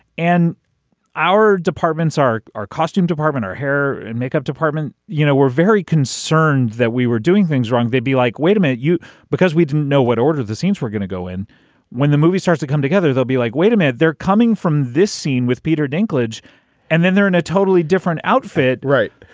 and our departments are our costume department our hair and makeup department. you know we're very concerned that we were doing things wrong they'd be like wait a minute you because we don't know what order the scenes we're gonna go in when the movie starts to come together they'll be like wait a minute they're coming from this scene with peter dinklage and then they're in a totally different outfit right.